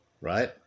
right